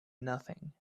nothing